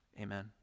Amen